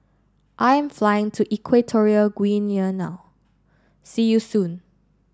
I'm flying to Equatorial Guinea now see you soon